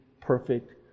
perfect